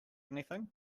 anything